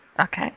Okay